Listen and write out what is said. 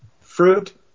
fruit